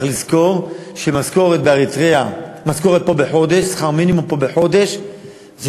צריך לזכור ששכר מינימום בחודש פה,